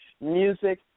music